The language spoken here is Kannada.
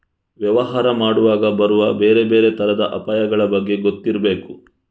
ವ್ಯವಹಾರ ಮಾಡುವಾಗ ಬರುವ ಬೇರೆ ಬೇರೆ ತರದ ಅಪಾಯಗಳ ಬಗ್ಗೆ ಗೊತ್ತಿರ್ಬೇಕು